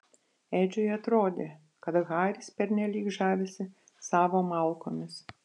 edžiui atrodė kad haris pernelyg žavisi savo malkomis